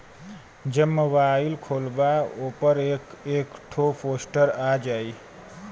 जब मोबाइल खोल्बा ओपर एक एक ठो पोस्टर आ जाई